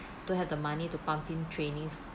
to have the money to fund in training